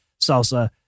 salsa